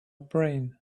brain